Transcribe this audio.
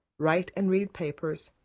write and read papers,